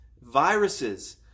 viruses